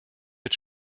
mit